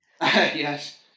Yes